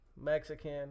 Mexican